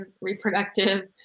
reproductive